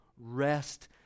rest